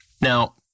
Now